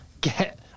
get